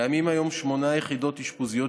קיימות היום שמונה יחידות אשפוזיות